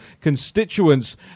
constituents